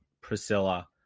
Priscilla